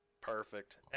Perfect